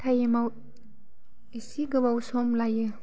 टाइमाव एसे गोबाव सम लायो